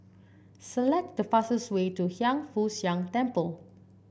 select the fastest way to Hiang Foo Siang Temple